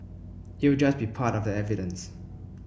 it will just be part of the evidence